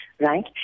Right